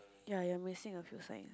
ya you're missing a few signs